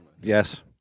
Yes